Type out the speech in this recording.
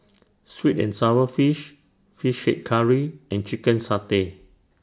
Sweet and Sour Fish Fish Head Curry and Chicken Satay